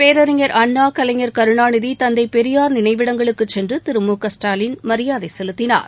பேரறிஞர் அண்ணா கலைஞர் கருணாநிதி தந்தைபெரியார் நிளைவிடங்களுக்குசென்றுதிருமுகஸ்டாலின் மரியாதைசெலுத்தினார்